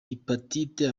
hepatite